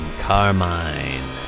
Carmine